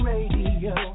Radio